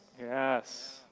yes